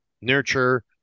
nurture